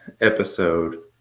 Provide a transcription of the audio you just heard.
episode